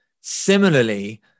similarly